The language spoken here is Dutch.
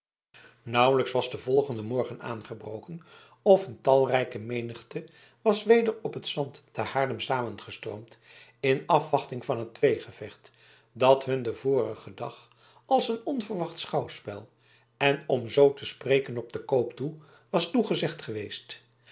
nauwelijks was de volgende morgen aangebroken of een talrijke menigte was weder op het zand te haarlem samengestroomd in afwachting van het tweegevecht dat hun den vorigen dag als een onverwacht schouwspel en om zoo te spreken op den koop toe was toegezegd geweest